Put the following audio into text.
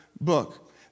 book